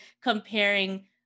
comparing